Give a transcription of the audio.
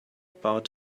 about